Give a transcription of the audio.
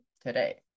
today